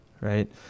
Right